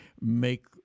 make